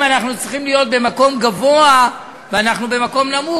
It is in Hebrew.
אנחנו צריכים להיות במקום גבוה ואנחנו במקום נמוך,